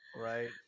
Right